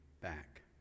back